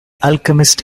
alchemist